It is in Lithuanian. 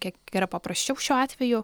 kiek yra paprasčiau šiuo atveju